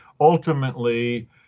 ultimately